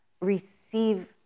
receive